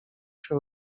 się